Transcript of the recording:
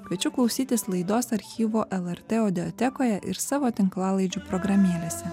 kviečiu klausytis laidos archyvo lrt audiatekoje ir savo tinklalaidžių programėlėse